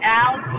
out